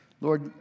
Lord